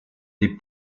des